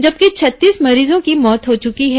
जबकि छत्तीस मरीजों की मौत हो चुकी है